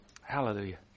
Hallelujah